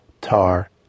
tar